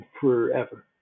forever